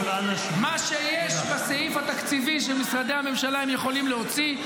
מה שיש בסעיף התקציבי של משרדי הממשלה הם יכולים להוציא,